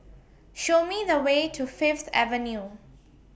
Show Me The Way to Fifth Avenue